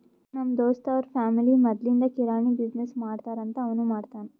ನಮ್ ದೋಸ್ತ್ ಅವ್ರ ಫ್ಯಾಮಿಲಿ ಮದ್ಲಿಂದ್ ಕಿರಾಣಿ ಬಿಸಿನ್ನೆಸ್ ಮಾಡ್ತಾರ್ ಅಂತ್ ಅವನೂ ಮಾಡ್ತಾನ್